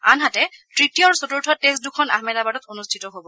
আনহাতে তৃতীয় আৰু চতুৰ্থ টেষ্ট দুখন আহমেদাবাদত অনুষ্ঠিত হ'ব